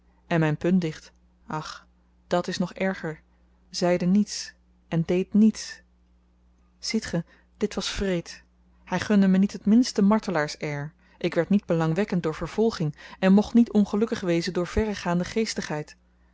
en myn puntdicht ach dàt is nog erger zeide niets en deed niets ziet ge dit was wreed hy gunde me niet het minste martelaars air ik werd niet belangwekkend door vervolging en mocht niet ongelukkig wezen door verregaande